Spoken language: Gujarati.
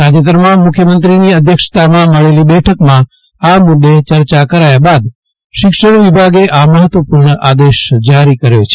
તાજેતરમાં મુખ્યમંત્રીની અધ્યક્ષતામાં મળેલી બેઠકમાં આ મુદે ચર્ચા કરાયા બાદ શિક્ષણ વિભાગે આ મફત્વપૂર્ણ આદેશ જારી કર્યો છે